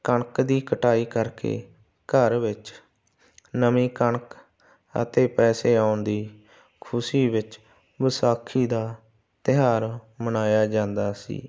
ਕਣਕ ਦੀ ਕਟਾਈ ਕਰਕੇ ਘਰ ਵਿੱਚ ਨਵੀਂ ਕਣਕ ਅਤੇ ਪੈਸੇ ਆਉਣ ਦੀ ਖੁਸ਼ੀ ਵਿੱਚ ਵਿਸਾਖੀ ਦਾ ਤਿਉਹਾਰ ਮਨਾਇਆ ਜਾਂਦਾ ਸੀ